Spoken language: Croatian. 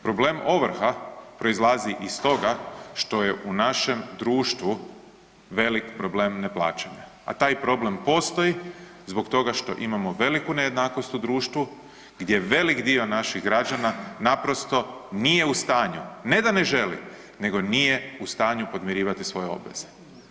Problem ovrha proizlazi iz toga što je u našem društvu veliki problem neplaćanja, a taj problem postoji zbog toga što imamo veliku nejednakost u društvu gdje velik dio naših građana naprosto nije u stanju, ne da ne želi, nego nije u stanju podmirivati svoje obveze.